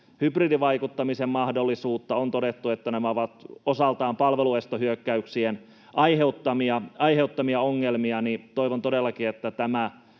hybridivaikuttamisen mahdollisuutta ja on todettu, että nämä ovat osaltaan palveluestohyökkäyksien aiheuttamia ongelmia, niin toivon todellakin, että tämä